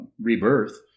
rebirth